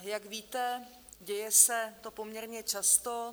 Jak víte, děje se to poměrně často.